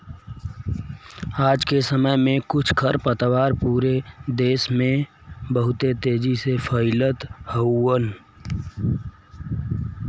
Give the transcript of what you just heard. आज के समय में कुछ खरपतवार पूरा देस में बहुत तेजी से फइलत हउवन